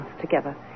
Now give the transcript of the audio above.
together